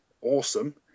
awesome